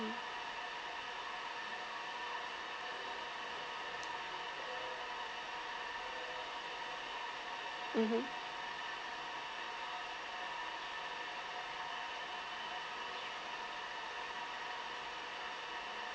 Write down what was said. mmhmm